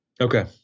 Okay